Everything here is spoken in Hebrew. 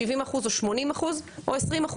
70% או 80% או 20%,